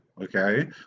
okay